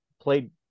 played